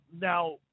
Now